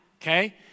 Okay